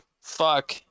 Fuck